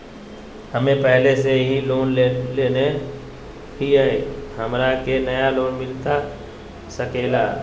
हमे पहले से एक लोन लेले हियई, हमरा के नया लोन मिलता सकले हई?